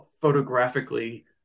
photographically